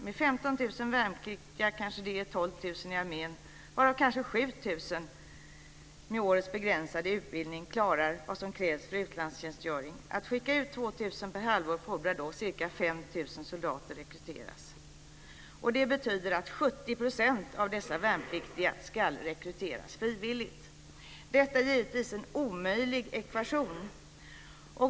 Men 15 000 värnpliktiga är det kanske 12 000 i armén varav kanske 7 000 med årets begränsade utbildning klarar vad som krävs för utlandstjänstgöring. Att skicka ut 2 000 per halvår fordrar att ca 5 000 soldater rekryteras. Det betyder att 70 % av dessa värnpliktiga ska rekryteras "frivilligt". Detta är givetvis en omöjlig ekvation.